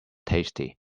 tasty